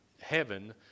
heaven